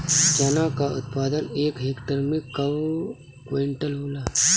चना क उत्पादन एक हेक्टेयर में कव क्विंटल होला?